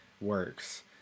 works